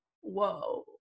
whoa